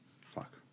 Fuck